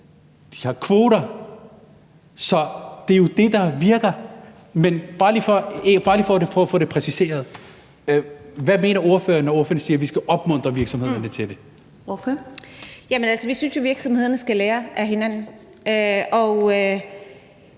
de har kvoter. Så det er jo det, der virker. Men det er altså bare lige for at få det præciseret: Hvad mener ordføreren, når ordføreren siger, at vi skal opmuntre virksomhederne til det? Kl. 00:00 Første næstformand (Karen